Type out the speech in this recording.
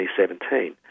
2017